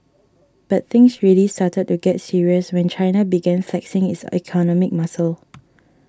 but things really started to get serious when China began flexing its economic muscle